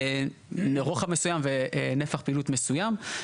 מרוחב מסויים ונפח פעילות מסויים.